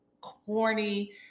corny